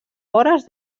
vores